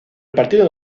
partido